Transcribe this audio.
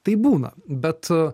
taip būna bet